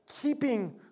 keeping